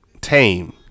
tame